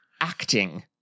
acting